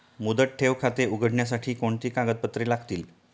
मुदत ठेव खाते उघडण्यासाठी कोणती कागदपत्रे लागतील?